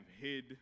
hid